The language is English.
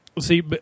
see